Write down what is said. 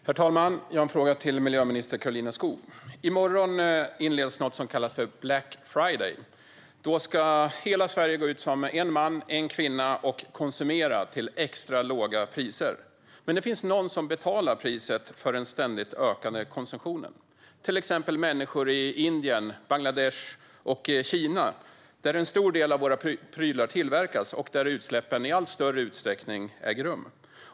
Herr talman! Jag har en fråga till miljöminister Karolina Skog. I morgon inleds något som kallas Black Friday. Då ska hela Sverige gå ut som en man och en kvinna och konsumera till extra låga priser. Det finns dock de som måste betala priset för den ständigt ökande konsumtionen. Det är till exempel människor i Indien, Bangladesh och Kina där en stor del av våra prylar tillverkas och där utsläppen i allt större utsträckning äger rum.